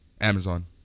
Amazon